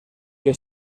que